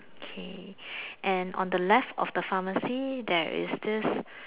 okay and on the left of the pharmacy there is this